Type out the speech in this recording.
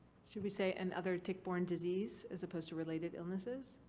should we say, and other tick-borne disease as opposed to related illnesses?